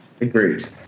Agreed